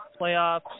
playoffs